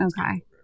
Okay